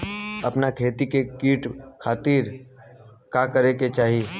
अपना खेत से कीट के हतावे खातिर का करे के चाही?